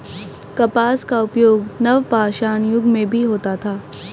कपास का उपयोग नवपाषाण युग में भी होता था